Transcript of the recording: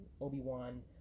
Obi-Wan